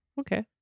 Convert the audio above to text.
Okay